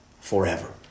forever